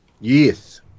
Yes